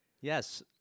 yes